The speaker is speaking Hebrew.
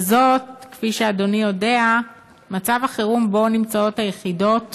ואדוני יודע על מצב החירום שבו נמצאות היחידות